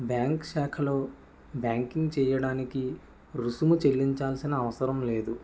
bank శాఖలో banking చేయడానికి రుసుము చెల్లించాల్సిన అవసరం లేదు